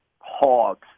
hogs